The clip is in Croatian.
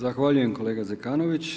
Zahvaljujem kolegi Zekanović.